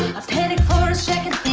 panic for a second,